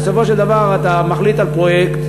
בסופו של דבר אתה מחליט על פרויקט,